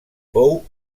fou